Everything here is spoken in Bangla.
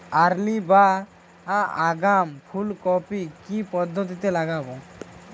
আর্লি বা আগাম ফুল কপি কি পদ্ধতিতে লাগাবো?